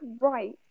right